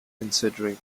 considering